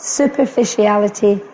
superficiality